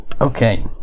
Okay